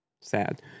Sad